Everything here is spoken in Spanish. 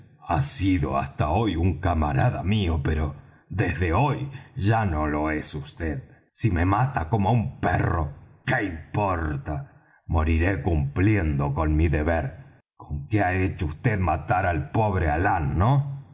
ha sido hasta hoy un camarada mío pero desde hoy ya no lo es vd si me mata como á un perro qué importa moriré cumpliendo con mi deber conque ha hecho vd matar al pobre alán no